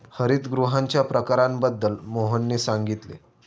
हरितगृहांच्या प्रकारांबद्दल मोहनने सांगितले